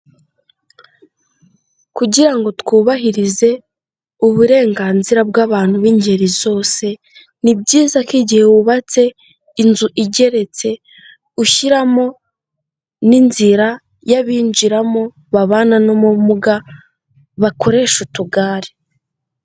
Kugira ngo twubahirize uburenganzira bw'abantu b'ingeri zose, ni byiza ko igihe wubatse inzu igeretse ushyiramo n'inzira y'abinjiramo babana n'ubumuga bakoresha utugare.